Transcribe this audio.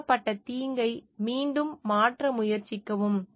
உருவாக்கப்பட்ட தீங்கை மீண்டும் மாற்ற முயற்சிக்கவும்